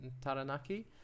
Taranaki